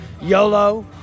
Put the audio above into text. YOLO